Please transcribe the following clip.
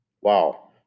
Wow